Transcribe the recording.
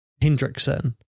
Hendrickson